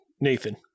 Nathan